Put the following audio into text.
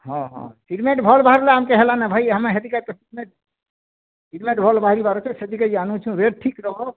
ହଁ ହଁ ସିମେଣ୍ଟ ଭଲ୍ ବାହାରିଲେ ଆମ୍କୁ ହେଲା ନା ଭାଇ ଆମେ ହେତି ସିମେଣ୍ଟ ଭଲ୍ ବାହାରୁଛି ସେଠି ସିମେଣ୍ଟ ଆଣୁଛୁ ରେଟ୍ ଠିକ୍ ଦେବ